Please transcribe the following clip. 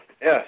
Yes